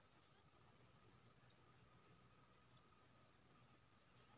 ethanol आओर biodiesel जैविक ईंधनक प्रकार छै